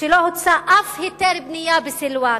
שלא הוצא אף היתר בנייה בסילואן.